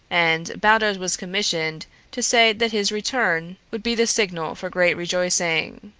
and baldos was commissioned to say that his return would be the signal for great rejoicing.